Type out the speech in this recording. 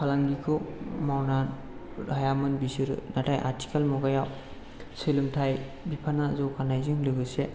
फालांगिखौ मावना हायामोन बिसोरो नाथाय आथिखाल मुगायाव सोलोंथाइ बिफाना जौगानायजों लोगोसे